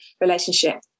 relationship